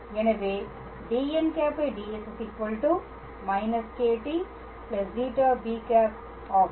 எனவே dn̂ds −κt ζb̂ ஆகும்